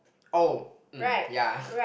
orh hmm ya